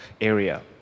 area